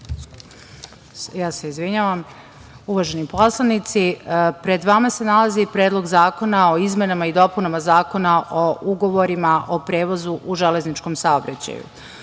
predsedavajući, uvaženi poslanici, pred vama se nalazi Predlog zakona o izmenama i dopunama Zakona o ugovorima o prevozu u železničkom saobraćaju.